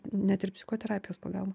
net ir psichoterapijos pagalba